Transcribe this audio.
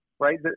right